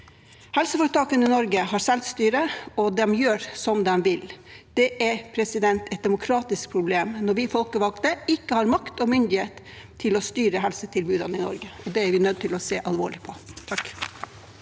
Helseforetakene i Norge har selvstyre, og de gjør som de vil. Det er et demokratisk problem når vi folkevalgte ikke har makt og myndighet til å styre helsetilbudene i Norge, og det er vi nødt til å se alvorlig på.